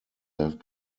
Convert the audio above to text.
have